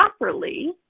properly